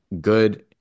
good